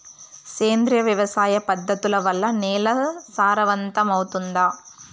సేంద్రియ వ్యవసాయ పద్ధతుల వల్ల, నేల సారవంతమౌతుందా?